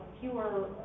fewer